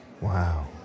Wow